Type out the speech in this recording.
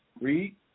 Read